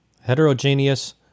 Heterogeneous